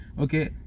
Okay